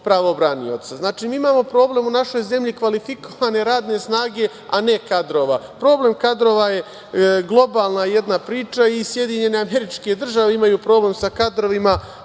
Znači, mi imamo problem u našoj zemlji kvalifikovane radne snage, a ne kadrova. Problem kadrova je globalna jedna priča i SAD imaju problem sa kadrovima,